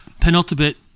penultimate